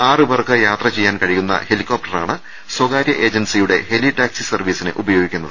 ആറുപേർക്ക് യാത്ര ചെയ്യാൻ കഴിയുന്ന ഹെലികോപ്റ്ററാണ് സ്വകാര്യ ഏജൻസിയുടെ ഹെലി ടാക്സി സർവീസിന് ഉപയോഗിക്കുന്നത്